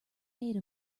made